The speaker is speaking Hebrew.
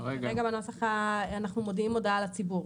כרגע אנחנו מודיעים הודעה לציבור.